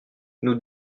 nous